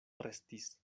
restis